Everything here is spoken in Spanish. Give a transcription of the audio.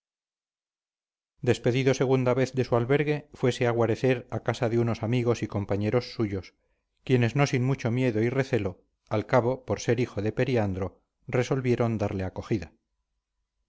despedido segunda vez de su albergue fuese a guarecer a casa de unos amigos y compañeros suyos quienes no sin mucho miedo y recelo al cabo por ser hijo de periandro resolvieron darle acogida